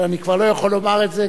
אבל אני כבר לא יכול לומר את זה,